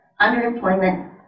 underemployment